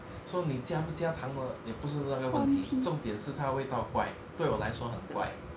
so 你加不加糖了也不是那个问题重点是它味道怪对我来说很怪